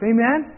Amen